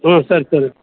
ம் சரி சரி